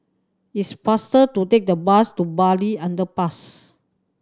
it's faster to take the bus to Bartley Underpass